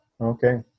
Okay